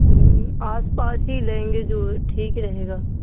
ہوں آس پاس ہی لیں گے جو ٹھیک رہے گا